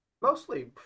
mostly